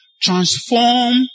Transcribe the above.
transform